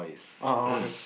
oh okay